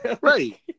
Right